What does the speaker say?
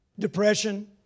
Depression